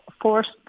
forced